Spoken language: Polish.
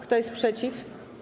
Kto jest przeciw?